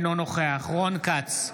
אינו נוכח רון כץ,